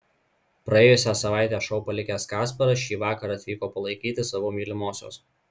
praėjusią savaitę šou palikęs kasparas šįvakar atvyko palaikyti savo mylimosios